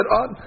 on